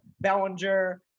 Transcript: Bellinger